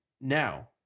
now